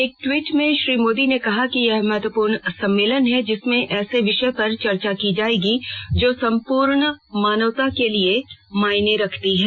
एक ट्वीट में श्री मोदी ने कहा कि यह महत्वपूर्ण सम्मेलन है जिसमें ऐसे विषय पर चर्चा की जाएगी जो सम्पूर्ण मानवता के लिए मायने रखती है